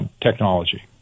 technology